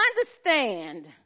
understand